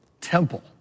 temple